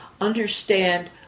understand